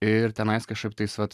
ir tenais kažkaip tais vat